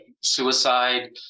suicide